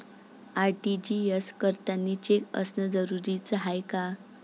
RTGS करतांनी cheque असनं जरुरीच हाय का?